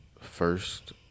first